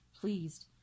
pleased